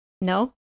No